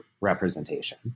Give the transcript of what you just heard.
representation